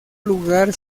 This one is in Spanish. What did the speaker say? lugar